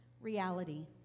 reality